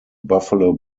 buffalo